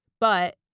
But-